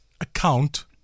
account